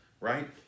Right